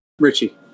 Richie